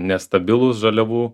nestabilūs žaliavų